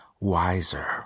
wiser